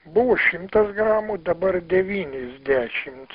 buvo šimtas gramų dabar devyniasdešimt